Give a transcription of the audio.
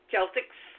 Celtics